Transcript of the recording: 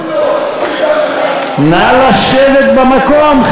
נא לשבת במקום,